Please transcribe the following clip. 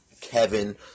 Kevin